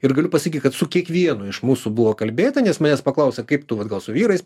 ir galiu pasakyt kad su kiekvienu iš mūsų buvo kalbėta nes manęs paklausia kaip tu va gal su vyrais